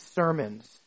sermons